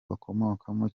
bakomokamo